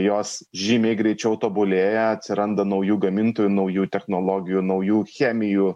jos žymiai greičiau tobulėja atsiranda naujų gamintojų naujų technologijų naujų chemijų